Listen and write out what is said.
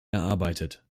erarbeitet